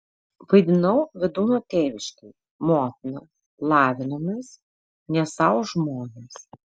vaidinau vydūno tėviškėj motiną lavinomės ne sau žmonės